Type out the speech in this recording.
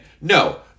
No